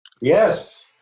Yes